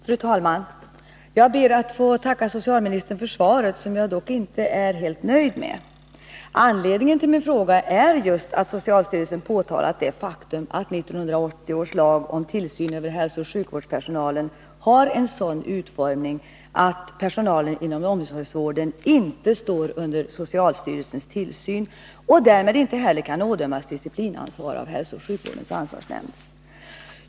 Fru talman! Jag ber att få tacka socialministern för svaret, som jag dock inte är helt nöjd med. Anledningen till min fråga är just att socialstyrelsen påtalat det faktum, att 1980 års lag om tillsyn över hälsooch sjukvårdspersonalen har en sådan utformning att personalen inom omsorgsvården inte står under socialstyrelsens tillsyn och därmed ej heller kan ådömas disciplinansvar av hälsooch sjukvårdens ansvarsnämnd.